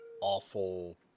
awful